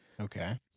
Okay